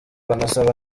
banasaba